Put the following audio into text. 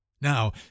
Now